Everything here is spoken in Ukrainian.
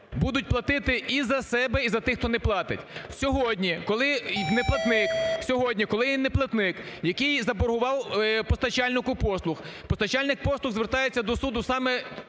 будуть платити і за себе, і за тих, хто не платить. Сьогодні, коли неплатник… Сьогодні, коли є неплатник, який заборгував постачальнику послуг, постачальник послуг звертається до суду саме